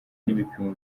n’ibipimo